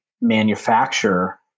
manufacture